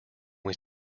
was